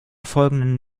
folgenden